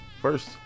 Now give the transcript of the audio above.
First